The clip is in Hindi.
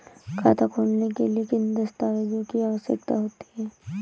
खाता खोलने के लिए किन दस्तावेजों की आवश्यकता होती है?